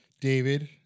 David